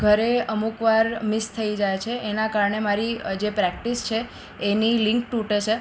ઘરે અમુક વાર મિસ થઈ જાય છે એના કારણે મારી જે પ્રેક્ટિસ છે એની લીંક તૂટે છે